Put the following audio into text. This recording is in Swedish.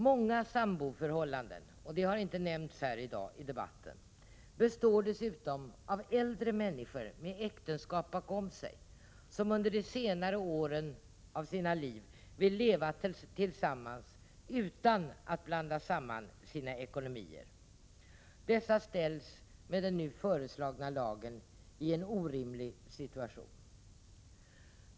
Många samboförhållanden — och det har inte nämnts här i dag i debatten — består dessutom av äldre människor med äktenskap bakom sig som under de senare åren av sina liv vill leva tillsammans utan att blanda samman sina ekonomier. Dessa ställs med den nu föreslagna lagen i en orimlig situation.